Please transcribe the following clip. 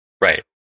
Right